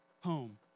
home